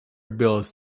bills